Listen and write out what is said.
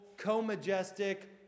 co-majestic